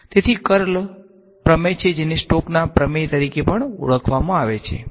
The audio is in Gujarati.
તેથી તે કર્લ પ્રમેય છે જેને સ્ટોકના પ્રમેય તરીકે પણ ઓળખવામાં આવે છે